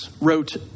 wrote